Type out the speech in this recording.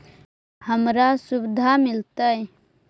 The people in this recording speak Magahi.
हमरा शुद्ध मिलता?